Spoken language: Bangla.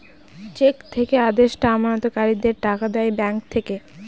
চেক থেকে আদেষ্টা আমানতকারীদের টাকা দেয় ব্যাঙ্ক থেকে